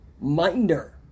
Minder